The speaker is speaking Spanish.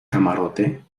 camarote